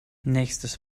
nächstes